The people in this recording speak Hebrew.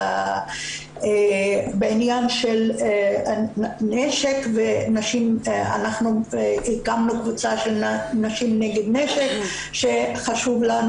ומיוחד בעניין של נשק ונשים אנחנו הקמנו קבוצה של נשים נגד נשק שחשוב לנו